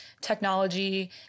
technology